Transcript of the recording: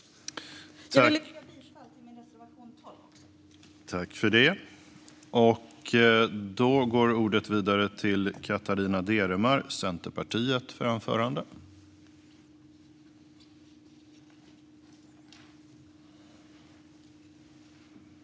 Jag yrkar bifall till reservation 12.